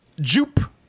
Jupe